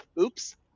oops